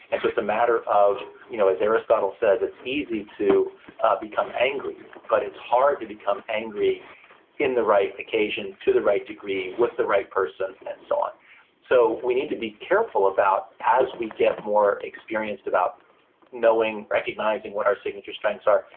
and so it's a matter of, you know, as aristotle says, it's easy to become angry, but it's hard to become angry in the right occasion, to the right degree, with the right person, and so on so we need to be careful about as we get more experienced about knowing, recognizing what our signature strengths are,